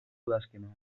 udazkenean